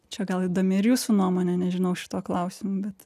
čia gal įdomi ir jūsų nuomonė nežinau šituo klausimu bet